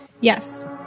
yes